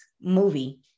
movie